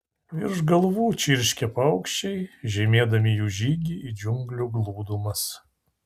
virš galvų čirškė paukščiai žymėdami jų žygį į džiunglių glūdumas